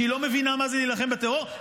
שלא מבינה מה זה להילחם בטרור.